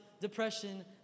depression